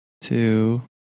two